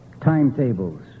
timetables